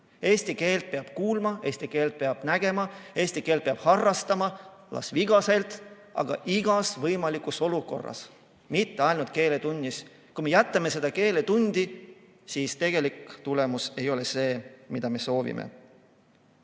Eesti keelt peab kuulma, eesti keelt peab nägema, eesti keelt peab harrastama, kasvõi vigaselt, aga igas võimalikus olukorras, mitte ainult keeletunnis. Kui me jätame ainult need keeletunnid, siis tegelik tulemus ei ole see, mida me soovime.